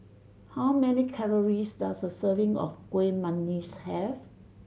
how many calories does a serving of Kuih Manggis have